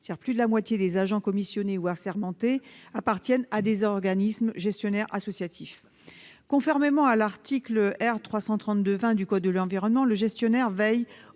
l'on sait que 55 % des agents commissionnés et assermentés appartiennent à des organismes gestionnaires associatifs. Conformément à l'article R. 332-20 du code de l'environnement, « le gestionnaire de la